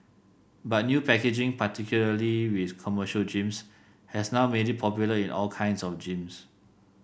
but new packaging particularly with commercial gyms has now made it popular in all kinds of gyms